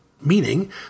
Meaning